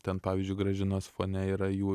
ten pavyzdžiui gražinos fone yra jų